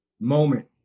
moment